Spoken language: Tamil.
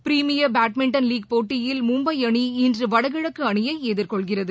பீரிமியர் பேட்மிண்டன் லீக் போட்டியில் மும்பை அணி இன்று வடகிழக்கு அணியை எதிர்கொள்கிறது